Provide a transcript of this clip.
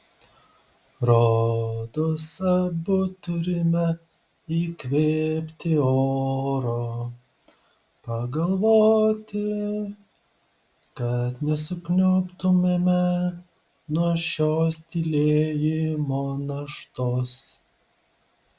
rodos abu turime įkvėpti oro pagalvoti kad nesukniubtumėme nuo šios tylėjimo naštos